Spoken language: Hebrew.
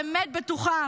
באמת בטוחה,